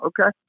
okay